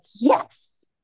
yes